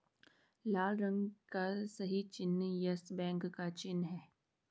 लाल रंग का सही चिन्ह यस बैंक का चिन्ह है